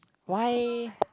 why